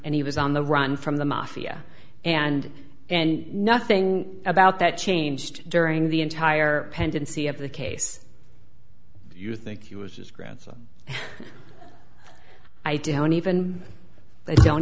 and he was on the run from the mafia and and nothing about that changed during the entire pendency of the case you think he was his grandson i do and even they don't